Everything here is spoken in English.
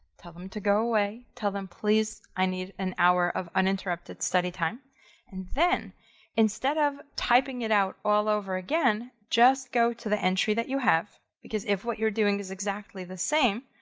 tell them to go away, tell them please, i need an hour of uninterrupted study time and then instead of typing it out all over again, just go to the entry that you have. because if what you're doing is exactly the same,